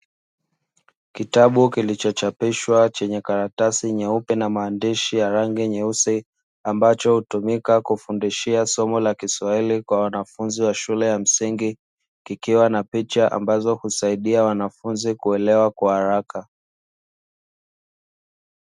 Kitabu kilicho chapishwa chenye karatasi nyeupe na maandishi ya rangi nyeusi ambacho hutumika kufundishia somo la kiswahili kwa wanafunzi wa shule ya msingi. Kikiwa na picha ambazo husaidia wanafunzi kuelewa kwa haraka.